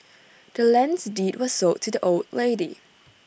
the land's deed was sold to the old lady